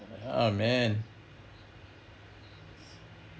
ah man